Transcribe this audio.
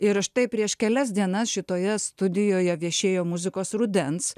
ir štai prieš kelias dienas šitoje studijoje viešėjo muzikos rudens